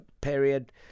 period